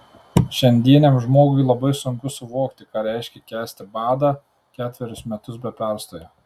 šiandieniam žmogui labai sunku suvokti ką reiškia kęsti badą ketverius metus be perstojo